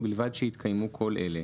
ובלבד שהתקיימו כל אלה: